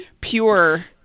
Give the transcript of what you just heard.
pure